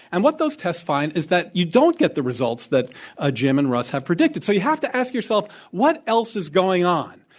and what those tests find is that you don't get the results that ah jim and russ have predicted. so you have to ask yourself what else is going on.